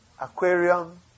aquarium